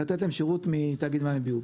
לתת להם שירות מתאגיד מים וביוב.